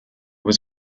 was